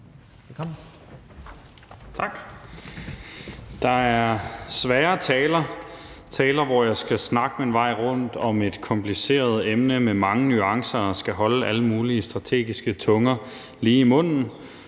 Der er svære taler: taler, hvor jeg skal snakke min vej rundt om et kompliceret emne med mange nuancer og skal holde alle mulige strategiske tunger lige i munden.